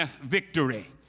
victory